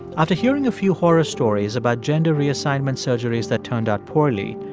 after hearing a few horror stories about gender reassignment surgeries that turned out poorly,